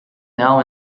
now